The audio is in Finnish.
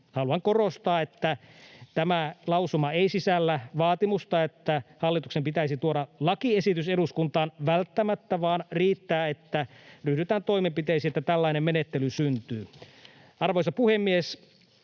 Haluan korostaa, että tämä lausuma ei sisällä vaatimusta, että hallituksen pitäisi välttämättä tuoda lakiesitys eduskuntaan, vaan riittää, että ryhdytään toimenpiteisiin, että tällainen menettely syntyy. Arvoisa puhemies!